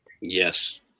Yes